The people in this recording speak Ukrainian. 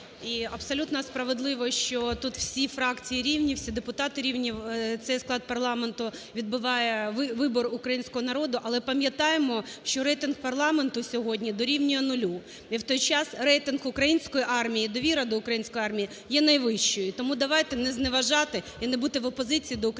і абсолютно справедливо, що тут всі фракції рівні, всі депутати рівні, цей склад парламенту відбиває вибір українського народу. Але пам'ятаємо, що рейтинг парламенту сьогодні дорівнює нулю. І в той час рейтинг української армії і довіра до українською армії є найвищою. Тому давайте не зневажати і не бути в опозиції до української